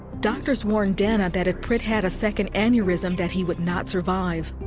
doctors warned dana that if prit had a second aneurysm that he would not survive.